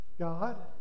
God